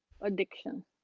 Addiction